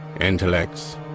intellects